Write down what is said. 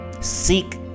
Seek